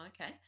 okay